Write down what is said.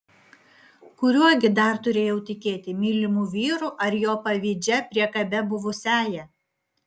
kuriuo gi dar turėjau tikėti mylimu vyru ar jo pavydžia priekabia buvusiąja